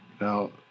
now